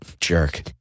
jerk